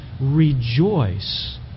rejoice